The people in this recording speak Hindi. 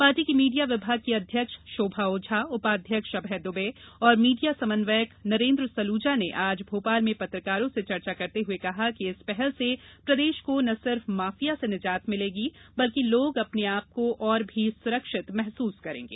पार्टी की मीडिया विभाग की अध्यक्ष शोभा ओझा उपाध्यक्ष अभय दुबे और मीडिया समन्वयक नरेन्द्र सलुजा ने आज भोपाल में पत्रकारों से चर्चा करते हुए कहा कि इस पहल से प्रदेश को न सिर्फ माफिया से निजात मिलेगी बल्कि लोग अपने आपको और भी सुरक्षित महसुस करेंगे